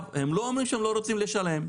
הם לא אומרים שהם לא רוצים לשלם,